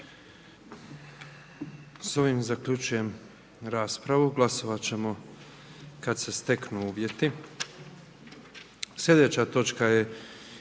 S ovim zaključujem raspravu. Glasovat ćemo kad se steknu uvjeti.